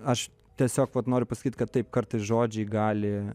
aš tiesiog vat noriu pasakyti kad taip kartais žodžiai gali